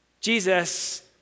Jesus